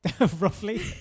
roughly